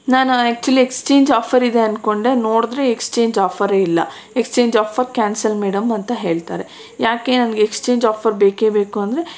ನಾನು actually exchange offer ಇದೆ ಅಂದ್ಕೊಂಡೆ ನೋಡಿದ್ರೆ ಎಕ್ಸ್ಚೇಂಜ್ ಆಫರೇ ಇಲ್ಲ ಎಕ್ಸ್ಚೇಂಜ್ ಆಫರ್ ಕ್ಯಾನ್ಸಲ್ ಮೇಡಂ ಅಂತ ಹೇಳ್ತಾರೆ ಯಾಕೆ ನನಗೆ ಎಕ್ಸ್ಚೇಂಜ್ ಆಫರ್ ಬೇಕೇ ಬೇಕು ಅಂದರೆ